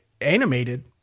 animated